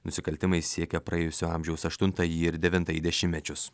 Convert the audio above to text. nusikaltimai siekia praėjusio amžiaus aštuntąjį ir devintąjį dešimtmečius